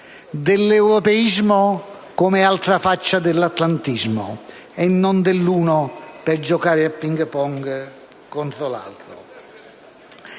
dell'europeismo come altra faccia dell'atlantismo e non dell'uno per giocare a *ping*-*pong* contro l'altro.